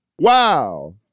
Wow